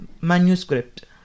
manuscript